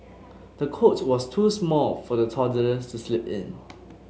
the cot was too small for the toddler to sleep in